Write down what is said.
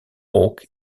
oak